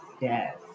yes